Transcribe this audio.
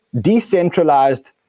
decentralized